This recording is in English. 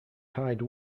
hyde